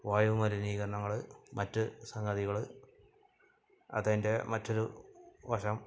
വായു മലിനീകരണങ്ങൾ മറ്റ് സംഗതികൾ അതതിൻ്റെ മറ്റൊരു വശം